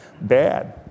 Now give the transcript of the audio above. bad